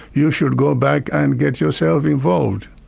you should go back and get yourself involved.